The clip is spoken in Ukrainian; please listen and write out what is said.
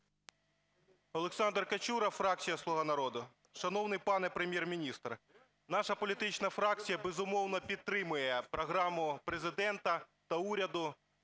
Олександр Качура, фракція "Слуга народу". Шановний пане Прем'єр-міністре, наша політична фракція, безумовно, підтримує програму Президента та уряду